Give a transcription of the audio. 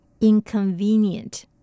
Inconvenient